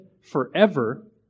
forever